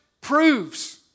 proves